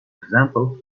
example